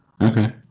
Okay